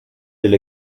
del